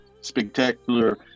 spectacular